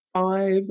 five